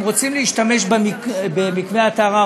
אם רוצים להשתמש במקווה הטהרה,